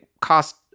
cost